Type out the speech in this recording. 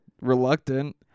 reluctant